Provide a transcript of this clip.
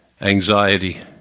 anxiety